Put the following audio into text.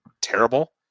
terrible